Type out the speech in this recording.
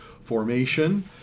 formation